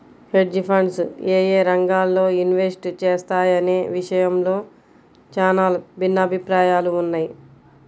hedge funds యేయే రంగాల్లో invest చేస్తాయనే విషయంలో చానా భిన్నాభిప్రాయాలున్నయ్